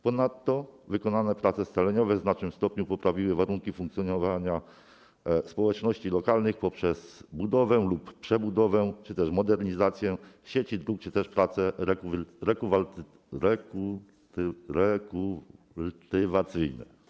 Ponadto wykonane prace scaleniowe w znacznym stopniu poprawiły warunki funkcjonowania społeczności lokalnych poprzez budowę, przebudowę czy też modernizację sieci dróg czy też prace rekultywacyjne.